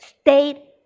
state